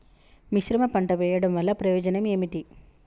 మిశ్రమ పంట వెయ్యడం వల్ల ప్రయోజనం ఏమిటి?